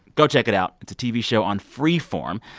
go check it out. it's a tv show on freeform.